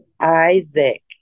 Isaac